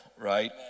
right